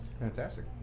Fantastic